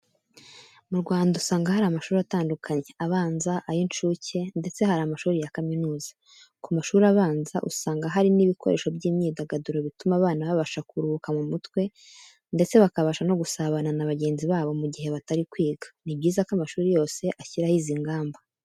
Mu Rwanda usanga hari amashuri atandukanye abanza, ay'incuke ndetse hari amashuri ya kaminuza. Ku mashuri abanza usanga hari n'ibikoresho by'imyidagaduro, bituma abana babasha kuruhuka mu mutwe ndetse bakabasha no gusabana na bagenzi babo mugihe batari kwiga. Nibyiza ko amashuri yose ashyiraho izi ngamba.